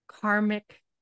karmic